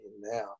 now